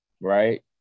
right